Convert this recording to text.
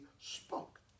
spoke